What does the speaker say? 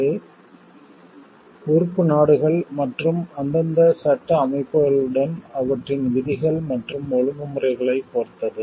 இது உறுப்பு நாடுகள் மற்றும் அந்தந்த சட்ட அமைப்புகளுடன் அவற்றின் விதிகள் மற்றும் ஒழுங்குமுறைகளைப் பொறுத்தது